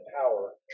power